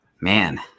man